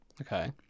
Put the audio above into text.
Okay